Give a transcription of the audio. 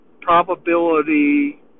probability